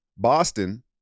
Boston